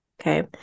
Okay